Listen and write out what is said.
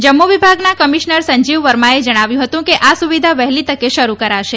જમ્મુ વિભાગના કમિશનર સંજીવ વર્માએ જણાવ્યું હતું કે આ સુવિધા વહેલી તકે શરૂ કરાશે